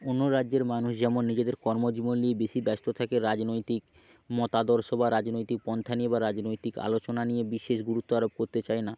অন্য রাজ্যের মানুষ যেমন নিজেদের কর্মজীবন নিয়ে বেশি ব্যস্ত থাকে রাজনৈতিক মতাদর্শ বা রাজনৈতিক পন্থা নিয়ে বা রাজনৈতিক আলোচনা নিয়ে বিশেষ গুরুত্ব আরোপ করতে চায় না